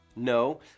No